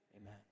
amen